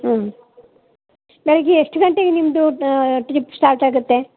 ಹ್ಞೂ ಬೆಳಗ್ಗೆ ಎಷ್ಟು ಗಂಟೆಗೆ ನಿಮ್ಮದು ಟ್ರಿಪ್ ಸ್ಟಾರ್ಟ್ ಆಗುತ್ತೆ